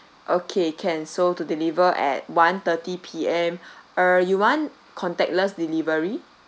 okay can so to deliver at one thirty P_M err you want contactless delivery